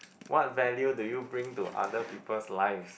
what value do you bring to other people's lives